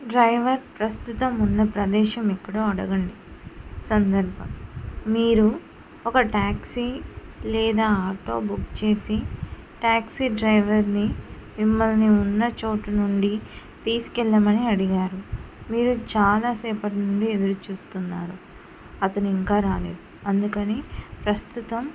driver ప్రస్తుతం ఉన్న ప్రదేశం ఎక్కడో అడగండి సందర్భం మీరు ఒక ట్యాక్సీ లేదా ఆటో బుక్ చేసి ట్యాక్సీ డ్రైవర్ని మిమ్మల్ని ఉన్న చోటు నుండి తీసుకెళ్ళమని అడిగారు మీరు చాలాసేపటి నుండి ఎదురు చూస్తున్నారు అతను ఇంకా రాలేదు అందుకని ప్రస్తుతం